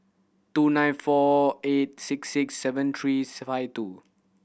two nine four eight six six seven threes five two